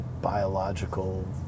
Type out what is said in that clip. biological